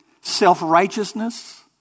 Self-righteousness